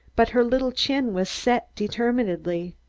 but her little chin was set determinedly.